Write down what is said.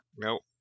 Nope